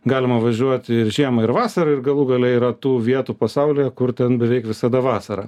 galima važiuot ir žiemą ir vasarą ir galų gale yra tų vietų pasaulyje kur ten beveik visada vasara